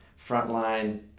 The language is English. frontline